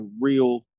real